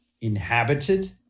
inhabited